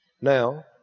now